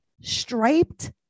Striped